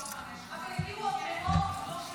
לא 500. אבל הגיעו עוד מאות --- טלי,